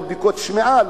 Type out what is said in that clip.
לא בדיקת שמיעה,